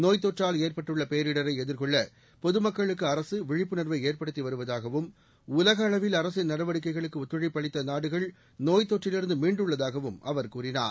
நோய்த் தொற்றால் ஏற்பட்டுள்ள பேரிடரை எதிர்கொள்ள பொதுமக்களுக்கு அரசு விழிப்புணர்வை ஏற்படுத்தி வருவதாகவும் உலக அளவில் அரசின் நடவடிக்கைகளுக்கு ஒத்துழைப்பு அளித்த நாடுகள் நோய்த் தொற்றிலிருந்து மீண்டுள்ளதாகவும் அவர் கூறினார்